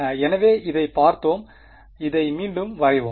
எனவே இதைப் பார்ப்போம் இதை மீண்டும் வரைவோம்